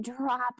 drop